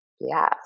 Yes